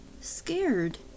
scared